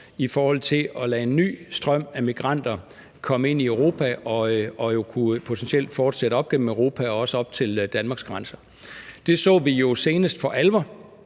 i forhold til at lade en ny strøm af migranter komme ind i Europa – migranter, som potentielt kunne fortsætte op igennem Europa og også op til Danmarks grænser. Det så vi jo senest for alvor